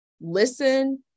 listen